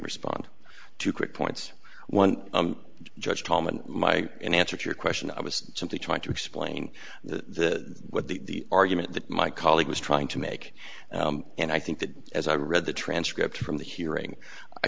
respond two quick points one judge tom and my in answer to your question i was simply trying to explain to what the argument that my colleague was trying to make and i think that as i read the transcript from the hearing i